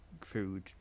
food